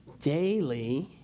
daily